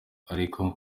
ariko